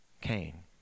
Cain